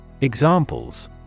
Examples